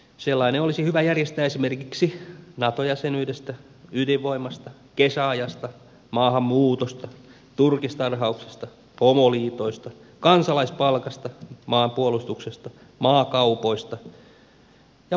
sellainen olisi hyvä järjestää esimerkiksi nato jäsenyydestä ydinvoimasta kesäajasta maahanmuutosta turkistarhauksesta homoliitoista kansalaispalkasta maanpuolustuksesta maakaupoista ja pakkoruotsista